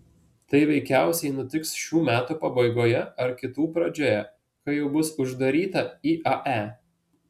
tai veikiausiai nutiks šių metų pabaigoje ar kitų pradžioje kai jau bus uždaryta iae